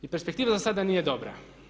I perspektiva za sada nije dobra.